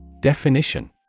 Definition